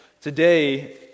Today